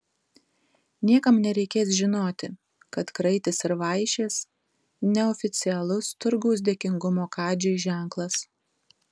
niekam nereikės žinoti kad kraitis ir vaišės neoficialus turgaus dėkingumo kadžiui ženklas